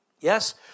Yes